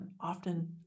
often